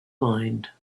mind